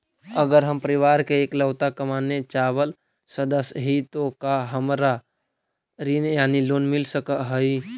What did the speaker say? अगर हम परिवार के इकलौता कमाने चावल सदस्य ही तो का हमरा ऋण यानी लोन मिल सक हई?